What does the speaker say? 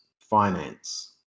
finance